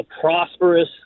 prosperous